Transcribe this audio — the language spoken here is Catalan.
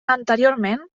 anteriorment